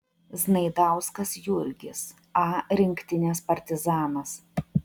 znaidauskas jurgis a rinktinės partizanas